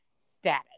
status